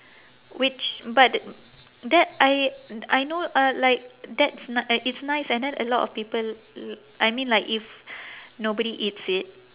which but that I I know uh like that's n~ i~ it's nice and then a lot of people l~ I mean like if nobody eats it